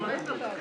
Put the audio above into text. --- נושא חדש.